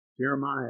Jeremiah